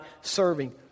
serving